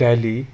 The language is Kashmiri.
ڈیلی